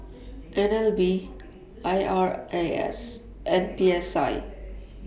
N L B I R A S and P S I